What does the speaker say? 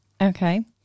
Okay